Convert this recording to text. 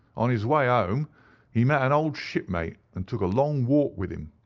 on his way ah home he met an old shipmate, and took a long walk with him.